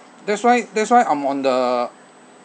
that's why that's why I'm on the